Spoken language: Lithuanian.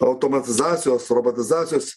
automatizacijos robotizacijos